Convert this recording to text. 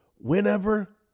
whenever